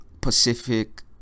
Pacific